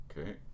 Okay